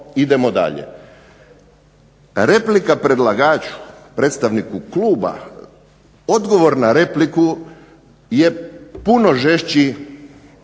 idemo dalje. Replika predlagaču, predstavniku kluba, odgovor na repliku je puno žešći